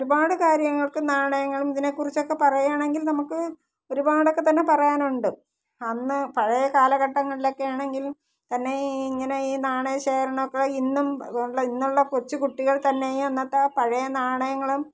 ഒരുപാട് കാര്യങ്ങൾക്ക് നാണയങ്ങളും ഇതിനെക്കുറിച്ചൊക്കെ പറയുകയാണെങ്കിൽ നമുക്ക് ഒരുപാടൊക്കെത്തന്നെ പറയാനുണ്ട് അന്ന് പഴയ കാലഘട്ടങ്ങളിലൊക്കെയാണെങ്കിൽ തന്നെ ഇങ്ങനെ ഈ നാണയ ശേഖരണമൊക്കെ ഇന്നും ഉള്ള ഇന്നുളള കൊച്ചുക്കുട്ടികൾ തന്നെ അന്നത്തെ പഴയ നാണയങ്ങളും